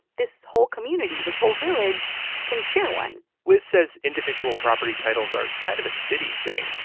this whole community, this whole village can share one liz says individual property titles are kind of a city thing.